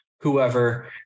whoever